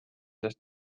sest